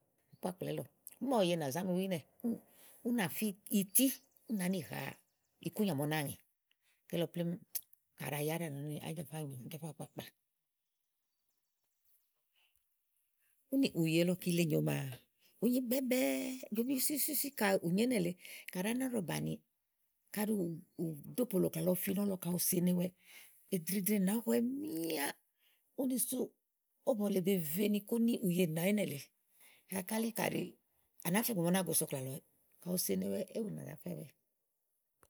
kpakplà ílɔ̀. Imɛ̀ ùye na zá mi wu ínɛ̀, ú nà fí ití ú nàá nì na ikúnyà màa ú nàáa ŋè. kèlɔ plém kà ɖa yá ɖɛ́ɛ ànà nɔ́ni Ajafa àákpàklà. úni ùye lɔ kile nyò maa ùú nyi mɛ́mgbɛ́ɛ, ijobi wúsìwú si kàa ù nyo ínɛ̀ lèe kàɖi a nà ɖɔ̀ bàni, kàɖi ùú dò polo ùklà lɔfi nɔ́lɔ kàɖi ù senewɛ, èdreèdreni nàa noɔwɔ míá, úni súù, ówó mòole be ve ni kó ní ùye nìna ínɛ lèe kàká lí kàɖi ànàá fíà ìgbè màa únáa go so ùklà lɔwɛ kaɖi ù senewɛ, éwu nà zá fɛwɛ.